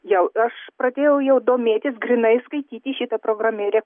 jau aš pradėjau jau domėtis grynai skaityti šitą programėlę